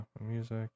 music